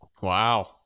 Wow